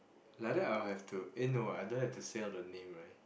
like that I will have to eh no I don't have to say out the name right